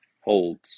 holds